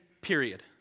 period